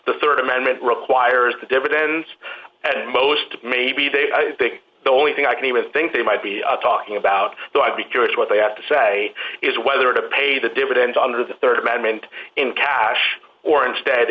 the rd amendment requires the dividends at most maybe they are big the only thing i can even think they might be talking about though i'd be curious what they have to say is whether to pay the dividends under the rd amendment in cash or instead